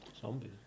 Zombies